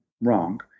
wrong